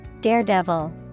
Daredevil